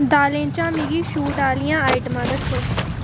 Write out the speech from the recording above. दालें चा मिग्गी शूट आह्लिया आइटमां दस्सो